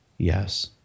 Yes